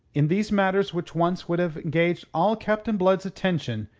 in these matters which once would have engaged all captain blood's attention,